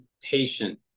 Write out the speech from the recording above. patient